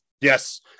yes